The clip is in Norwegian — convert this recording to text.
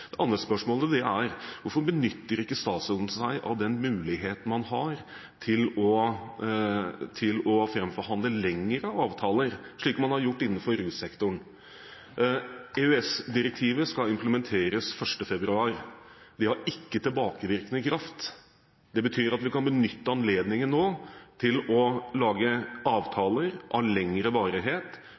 Det andre spørsmålet er: Hvorfor benytter ikke statsråden seg av muligheten man har til å framforhandle lengre avtaler, slik man har gjort innenfor russektoren? EU-direktivet skal implementeres 1. februar. Det har ikke tilbakevirkende kraft. Det betyr at vi kan benytte anledningen nå til å lage avtaler av lengre varighet,